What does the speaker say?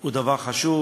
הוא דבר חשוב.